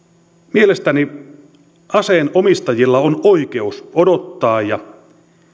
mielestäni aseen omistajilla on oikeus odottaa ja